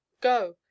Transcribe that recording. go